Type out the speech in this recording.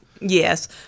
Yes